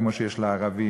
כמו שיש לערבים,